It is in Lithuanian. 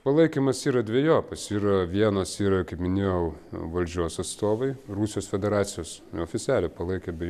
palaikymas yra dvejopas ir vienas yra kaip minėjau valdžios atstovai rusijos federacijos oficialiai palaikė be